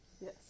Yes